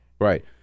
Right